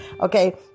Okay